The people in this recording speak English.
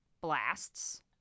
blasts